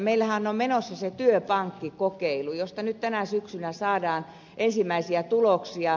meillähän on menossa se työpankkikokeilu josta nyt tänä syksynä saadaan ensimmäisiä tuloksia